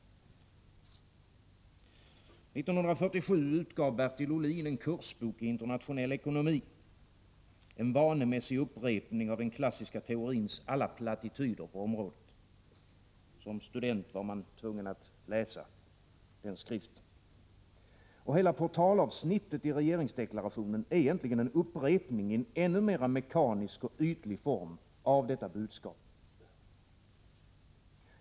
1947 utgav Bertil Ohlin en kursbok i internationell ekonomi, en vanemässig upprepning av den klassiska teorins alla plattityder på området — som student var man tvungen att läsa den skriften. Hela portalavsnittet i regeringsdeklarationen är en mekanisk upprepning och en ännu mer ytlig form av detta budskap.